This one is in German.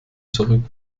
zurück